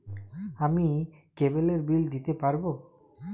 আমি কেবলের বিল দিতে পারবো?